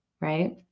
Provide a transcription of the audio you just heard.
right